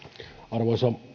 arvoisa